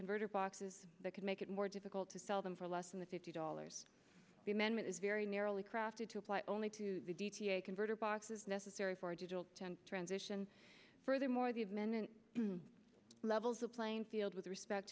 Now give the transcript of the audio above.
converter boxes that could make it more difficult to sell them for less than the fifty dollars the amendment is very narrowly crafted to apply only to the d t a converter box is necessary for a digital transition furthermore the admin and levels of playing field with respect